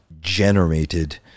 generated